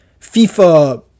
FIFA